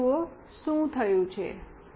હવે જુઓ શું થયું છે